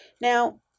Now